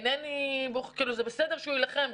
וזה בסדר שהוא יילחם,